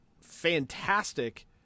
fantastic